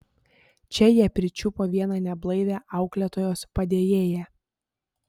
čia jie pričiupo vieną neblaivią auklėtojos padėjėją